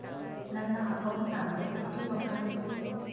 ನನ್ನ ಅಕೌಂಟ್ ನಾಗ ಎಷ್ಟು ರೊಕ್ಕ ಐತಿ?